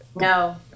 No